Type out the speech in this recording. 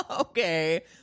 okay